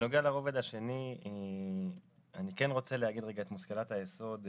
בנוגע לרובד השני אני כן רוצה להגיד את מושכלת היסוד.